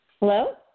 Hello